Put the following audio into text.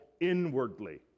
inwardly